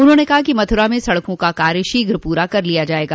उन्होंने कहा कि मथुरा में सड़कों का कार्य शीघ्र पूरा कर लिया जायेगा